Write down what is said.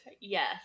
Yes